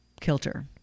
kilter